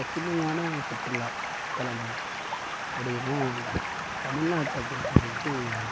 பசுமையான சுற்றுலாத்தளம் அப்படினா தமிழ்நாட்டை பொறுத்தவரைக்கும்